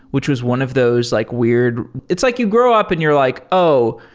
which was one of those like weird it's like you grow up and you're like, oh!